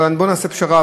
אבל בוא נעשה פשרה,